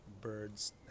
birds